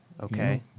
Okay